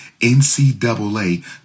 NCAA